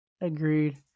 Agreed